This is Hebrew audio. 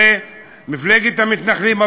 הרי מפלגת המתנחלים,